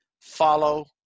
follow